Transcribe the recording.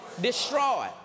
Destroy